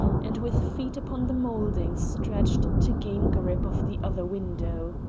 and with feet upon the moulding stretched to gain grip of the other window.